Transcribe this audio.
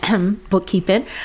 bookkeeping